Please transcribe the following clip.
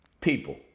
people